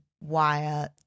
wire